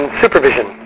supervision